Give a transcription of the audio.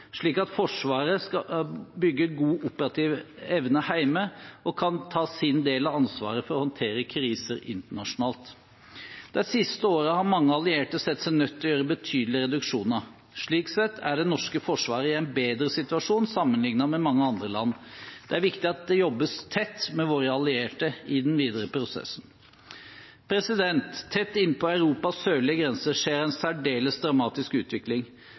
slik at Forsvaret skal bygge god operativ evne hjemme og kan ta sin del av ansvaret for å håndtere kriser internasjonalt. De siste årene har mange allierte sett seg nødt til å gjøre betydelige reduksjoner. Slik sett er det norske forsvaret i en bedre situasjon enn mange andre land. Det er viktig at det jobbes tett med våre allierte i den videre prosessen. Tett innpå Europas sørlige grense skjer en særdeles dramatisk utvikling.